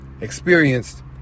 experienced